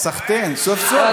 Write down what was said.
סחתיין, סוף-סוף.